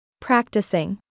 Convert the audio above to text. Practicing